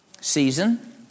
season